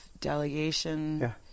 delegation